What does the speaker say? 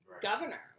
Governor